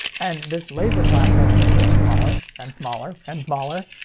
and this laser platform could get smaller. and smaller. and smaller.